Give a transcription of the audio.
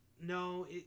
No